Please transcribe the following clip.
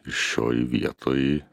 šioj vietoj